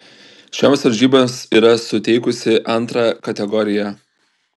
šioms varžyboms yra suteikusi antrą kategoriją